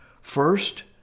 first